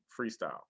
freestyle